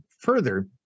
further